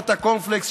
ורפורמת הקורנפלקס,